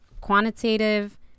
quantitative